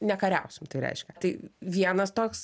nekariausim tai reiškia tai vienas toks